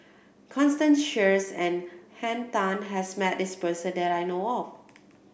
Constance Sheares and Henn Tan has met this person that I know of